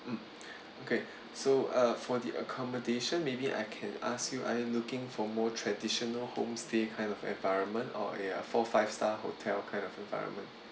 mm okay so uh for the accommodation maybe I can ask you are you looking for more traditional home-stay kind of environment or a four five star hotel kind of environment